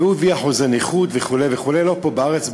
והוא הראה אחוזי נכות וכו' וכו'; לא פה בארץ,